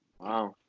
Wow